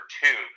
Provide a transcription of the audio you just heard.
two